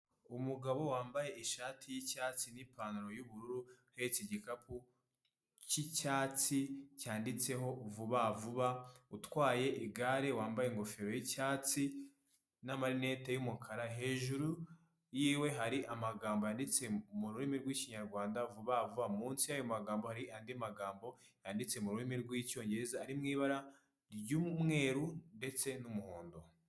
Umugabo wambaye ishati y'cyatsi n'ipantaro y'ubururu uhetse igikapu cy'icyatsi cyanditseho vuba vuba, utwaye igare wambaye ingofero y'icyatsi na marinette y'umukara hejuru yiwe hari amagambo yanditse mu rurimi rw'Ikinyarwanda vuba vuba. Munsi yayo magambo hari andi magambo yanditse mu rurimi rw'icyongereza ari mu ibara ry'umweru ndetse n'umuhondo.